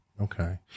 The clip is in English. Okay